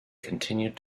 continued